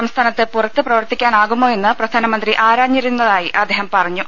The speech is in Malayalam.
സംസ്ഥാനത്ത് പുറത്ത് പ്രവർത്തി ക്കാനാവുമോ എന്ന് പ്രധാനമന്ത്രി ആരാഞ്ഞിരുന്നതായി അദ്ദേഹം പറഞ്ഞു